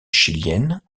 chilienne